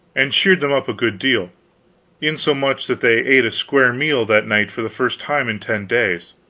and cheered them up a good deal insomuch that they ate a square meal that night for the first time in ten days.